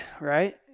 Right